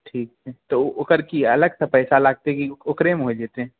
ठीक छै तऽ ओकर की अलगसँ पैसा लगतै की ओकरेमे हो जेतै